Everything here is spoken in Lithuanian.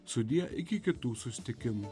sudie iki kitų susitikimų